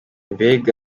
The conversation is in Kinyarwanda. mbega